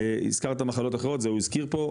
הזכרת מחלות אחרות זה הוא הזכיר פה,